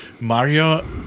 Mario